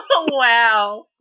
Wow